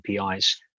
APIs